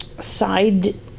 side